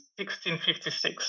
1656